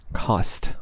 cost